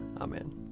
Amen